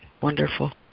wonderful